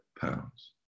pounds